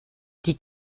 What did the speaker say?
die